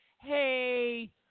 hey